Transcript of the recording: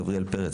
גבריאל פרץ,